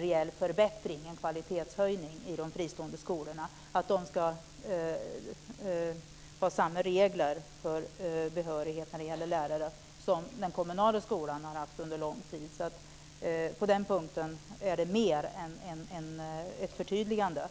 reell förbättring. Det är en kvalitetshöjning i de fristående skolorna att de ska ha samma regler för behörighet när det gäller lärare som den kommunala skolan har haft under lång tid. På den punkten är det mer än ett förtydligande.